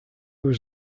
was